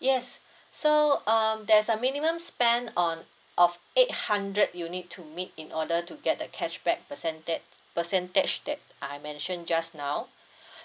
yes so um there's a minimum spend on of eight hundred you need to make in order to get the cashback percentage percentage that I mention just now